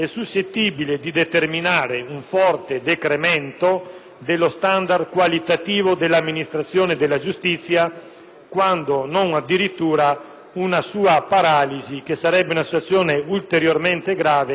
dello standard qualitativo dell'amministrazione della giustizia, quando non addirittura una sua paralisi tale da generare una situazione ulteriormente grave rispetto a quella attuale che è sotto gli occhi di tutti.